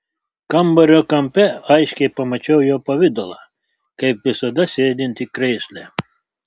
kambario kampe aiškiai pamačiau jo pavidalą kaip visada sėdintį krėsle